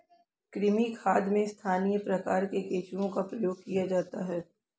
कृमि खाद में स्थानीय प्रकार के केंचुओं का प्रयोग किया जाता है